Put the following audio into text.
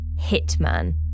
hitman